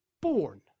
born